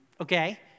okay